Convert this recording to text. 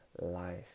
life